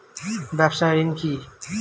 ব্যবসায় ঋণ কি?